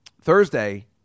Thursday